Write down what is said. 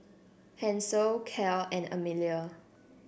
Hanson Clell and Emilia